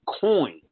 coin